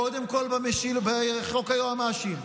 קודם כול בחוק היועמ"שים,